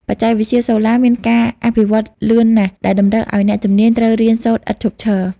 បច្ចេកវិទ្យាសូឡាមានការវិវឌ្ឍន៍លឿនណាស់ ដែលតម្រូវឱ្យអ្នកជំនាញត្រូវរៀនសូត្រឥតឈប់ឈរ។